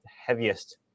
heaviest